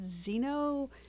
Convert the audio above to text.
Zeno